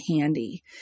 handy